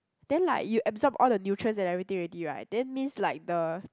then like you absorb all the nutrients and everything already right then means like the